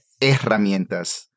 Herramientas